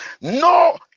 no